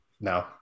No